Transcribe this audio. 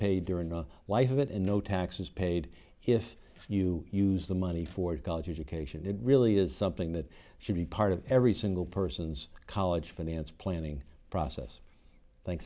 paid during the wife of it and no taxes paid if you use the money for college education it really is something that should be part of every single person's college finance planning process